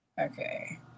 Okay